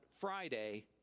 Friday